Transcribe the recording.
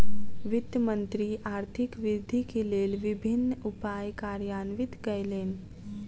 वित्त मंत्री आर्थिक वृद्धि के लेल विभिन्न उपाय कार्यान्वित कयलैन